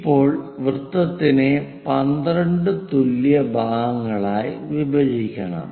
ഇപ്പോൾ വൃത്തത്തിനെ 12 തുല്യ ഭാഗങ്ങളായി വിഭജിക്കണം